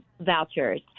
vouchers